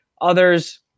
others